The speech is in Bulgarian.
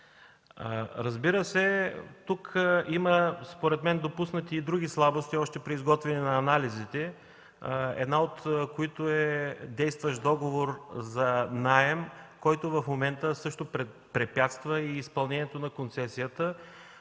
Според мен тук са допуснати и други слабости – още при изготвяне на анализите, една от които е действащ договор за наем, който сега също препятства изпълнението на концесията,